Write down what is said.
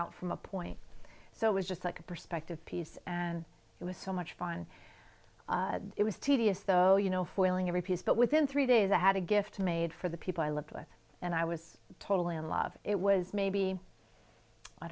out from a point so it was just like a perspective piece and it was so much fun it was tedious though you know foiling every piece but within three days i had a gift made for the people i lived with and i was totally in love it was maybe i